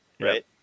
Right